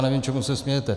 Nevím, čemu se smějete.